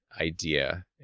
idea